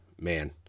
man